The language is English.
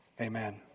Amen